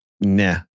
nah